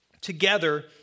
together